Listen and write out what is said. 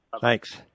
Thanks